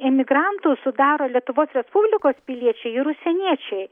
ėmigrantų sudaro lietuvos respublikos piliečiai ir užsieniečiai